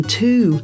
two